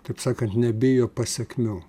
taip sakant nebijo pasekmių